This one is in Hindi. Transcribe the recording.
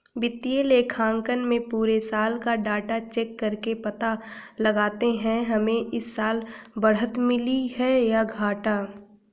वित्तीय लेखांकन में पुरे साल का डाटा चेक करके पता लगाते है हमे इस साल बढ़त मिली है या घाटा